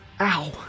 ow